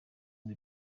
ngo